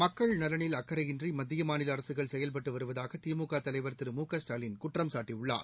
மக்கள் நலனில் அக்கரையின்றிமத்திய மாநிலஅரசுகள் செயல்பட்டுவருவதாகதிமுகதலைவா் திரு மு க ஸ்டாலின் குற்றம்சாட்டியுள்ளார்